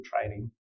training